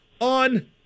on